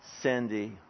Cindy